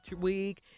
week